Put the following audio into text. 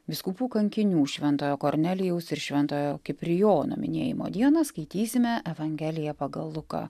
vyskupų kankinių šventojo kornelijaus ir šventojo kiprijono minėjimo dieną skaitysime evangeliją pagal luką